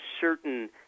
certain